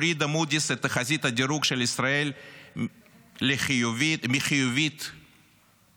הורידה מודי'ס את תחזית הדירוג של ישראל מחיובית ליציבה,